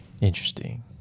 Interesting